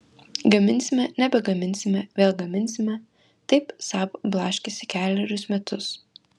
gaminsime nebegaminsime vėl gaminsime taip saab blaškėsi kelerius metus